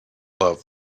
love